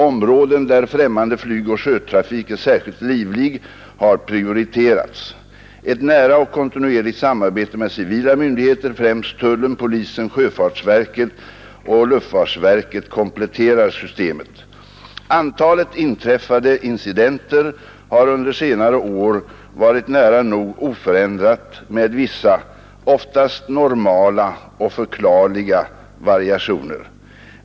Områden där främmande flygoch sjötrafik är särskilt livlig har prioriterats. Ett nära och kontinuerligt samarbete med civila myndigheter, främst tullen, polisen, sjöfartsverket och luftfartsverket, kompletterar systemet. Antalet inträffade incidenter har under senare år varit nära nog oförändrat med vissa, oftast normala och förklarliga variationer.